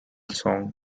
song